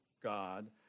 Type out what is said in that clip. God